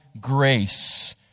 grace